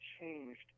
changed